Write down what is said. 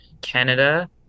Canada